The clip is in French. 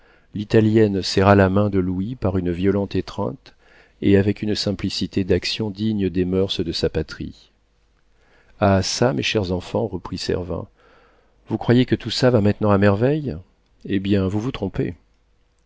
l'italienne serra la main de louis par une violente étreinte et avec une simplicité d'action digne des moeurs de sa patrie ah çà mes chers enfants reprit servin vous croyez que tout ça va maintenant à merveille eh bien vous vous trompez